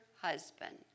husband